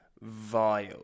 vile